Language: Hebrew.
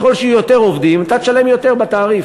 ככל שיהיו יותר עובדים אתה תשלם יותר בתעריף,